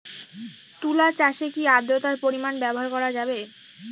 তুলা চাষে কি আদ্রর্তার পরিমাণ ব্যবহার করা যাবে?